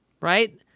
right